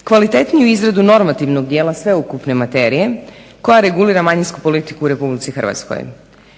i kvalitetniju izradu normativnog dijela sveukupne materije koja regulira manjinsku politiku u RH. Koliko